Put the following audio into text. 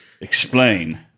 explain